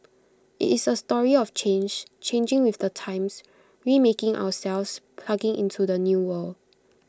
IT is A story of change changing with the times remaking ourselves plugging into the new world